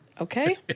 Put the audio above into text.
Okay